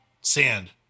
Sand